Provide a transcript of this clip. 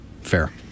Fair